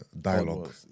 dialogue